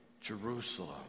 Jerusalem